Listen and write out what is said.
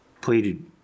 pleaded